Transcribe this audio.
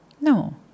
No